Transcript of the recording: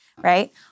right